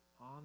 On